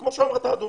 כמו שאמרת, אדוני.